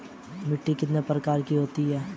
मिट्टी कितने प्रकार की होती हैं?